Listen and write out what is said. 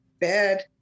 bad